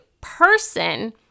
person